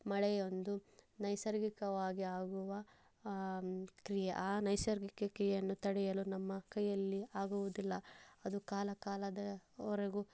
ಮಳೆ ಒಂದು ನೈಸರ್ಗಿಕವಾಗಿ ಆಗುವ ಕ್ರಿಯೆ ಆ ನೈಸರ್ಗಿಕ ಕ್ರಿಯೆಯನ್ನು ತಡೆಯಲು ನಮ್ಮ ಕೈಯ್ಯಲ್ಲಿ ಆಗುವುದಿಲ್ಲ ಅದು ಕಾಲ ಕಾಲದವರೆಗೂ